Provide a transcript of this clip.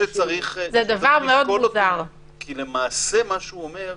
זה דבר שצריך לשקול אותו, כי למעשה מה שהוא אומר,